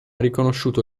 riconosciuto